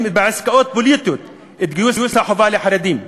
בעסקאות פוליטיות את גיוס החובה לחרדים.